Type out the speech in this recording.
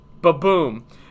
baboom